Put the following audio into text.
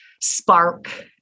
spark